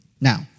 Now